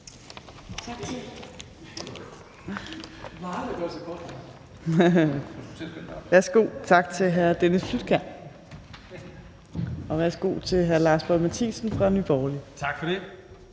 Tak til hr. Dennis Flydtkjær. Værsgo til hr. Lars Boje Mathiesen fra Nye Borgerlige.